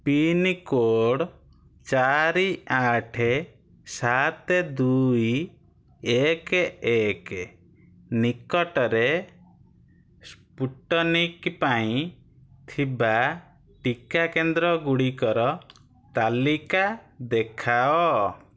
pincode ଚାରି ଆଠେ ସାତେ ଦୁଇ ଏକେ ଏକେ ନିକଟରେ ସ୍ପୁଟନିକ୍ ପାଇଁ ଥିବା ଟିକା କେନ୍ଦ୍ରଗୁଡ଼ିକର ତାଲିକା ଦେଖାଅ